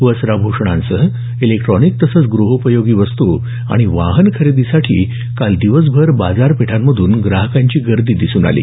वस्त्राभ्षणांसह electronic तसंच ग्रहोपयोगी वस्तू आणि वाहन खरेदीसाठी काल दिवसभर बाजारपेठांमधून ग्राहकांची गर्दी दिसून आली